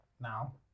now